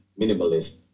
minimalist